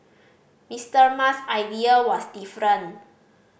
Mister Musk idea was different